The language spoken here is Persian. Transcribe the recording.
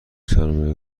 سرمایه